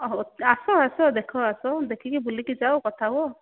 ଓହୋ ଆସ ଆସ ଦେଖ ଆସ ଦେଖିକି ବୁଲିକି ଯାଅ କଥା ହୁଅ